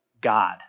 God